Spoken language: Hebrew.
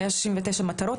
169 מטרות.